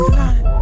nine